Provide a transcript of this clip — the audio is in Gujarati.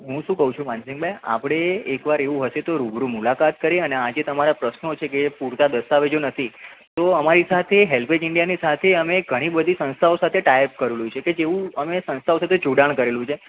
હું શું કહું છું માનસિંગભાઈ આપણે એક વાર એવું હશે તો રૂબરૂ મુલાકાત કરી અને આ જે તમારા પ્રશ્નો છે કે પૂરતાં દસ્તાવેજો નથી તો અમારી સાથે હેલ્પેજ ઈન્ડિયાની સાથે અમે એક ઘણી બધી સંસ્થાઓ સાથે ટાઇ અપ કરેલું છે કે જેવું અમે સંસ્થાઓ સાથે જોડાણ કરેલું છે